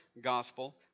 gospel